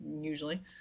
usually